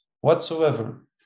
whatsoever